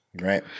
Right